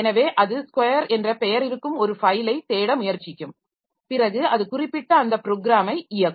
எனவே அது ஸ்கொயர் என்ற பெயர் இருக்கும் ஒரு ஃபைலைத் தேட முயற்சிக்கும் பிறகு அது குறிப்பிட்ட அந்த ப்ரோக்ராமை இயக்கும்